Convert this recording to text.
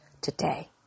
today